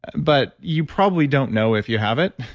but you probably don't know if you have it,